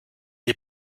est